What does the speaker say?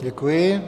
Děkuji.